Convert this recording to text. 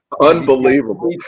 Unbelievable